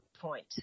point